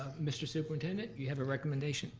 mr. superintendent, you have a recommendation?